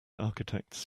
architects